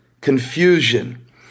confusion